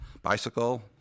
Bicycle